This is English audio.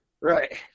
right